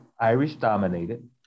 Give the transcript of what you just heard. Irish-dominated